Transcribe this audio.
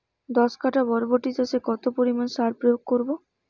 দশ কাঠা বরবটি চাষে কত পরিমাণ সার প্রয়োগ করব?